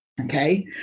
okay